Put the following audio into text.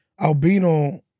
Albino